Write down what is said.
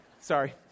sorry